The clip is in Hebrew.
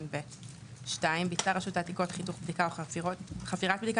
(ב); (2) ביצעה רשות העתיקות חיתוך בדיקה או חפירת בדיקה,